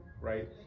right